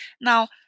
Now